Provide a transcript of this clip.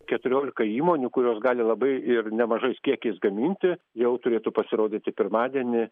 keturiolika įmonių kurios gali labai ir nemažais kiekiais gaminti jau turėtų pasirodyti pirmadienį